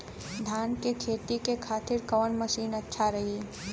धान के खेती के खातिर कवन मशीन अच्छा रही?